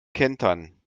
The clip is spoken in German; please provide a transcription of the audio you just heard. kentern